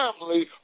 family